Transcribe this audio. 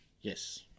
Yes